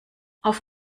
auf